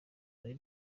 uri